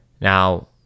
now